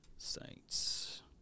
Saints